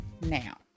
now